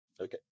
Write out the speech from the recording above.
Okay